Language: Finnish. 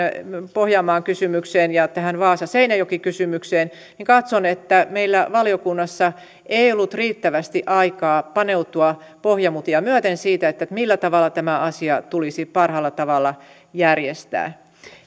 pohjanmaan kysymykseen ja tähän vaasa seinäjoki kysymykseen meillä valiokunnassa ei ollut riittävästi aikaa paneutua pohjamutia myöten siihen millä tavalla tämä asia tulisi parhaalla tavalla järjestää